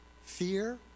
Fear